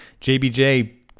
JBJ